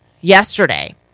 yesterday